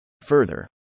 Further